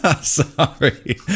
Sorry